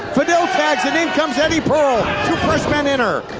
fidel tags and in comes eddie pearl men enter.